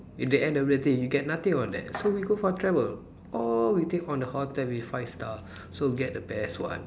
in the end of the day you get nothing on that so we go for travel or we take on the hotel with five star so we get the best one